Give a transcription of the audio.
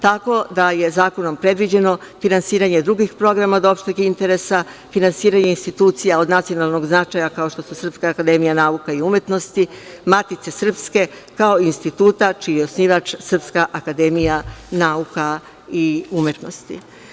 Tako da je zakonom predviđeno finansiranje drugih programa od opšteg interesa, finansiranje institucija od nacionalnog značaja, kao što su Srpska akademija nauka i umetnosti, Matice srpske kao instituta, čiji je osnivač Srpska akademija nauka i umetnosti.